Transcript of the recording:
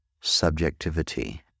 subjectivity